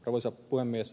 arvoisa puhemies